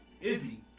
Izzy